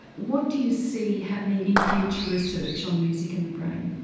what do you see happening in future research on music and the brain?